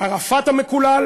ערפאת המקולל